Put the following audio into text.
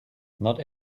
not